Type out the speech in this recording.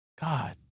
God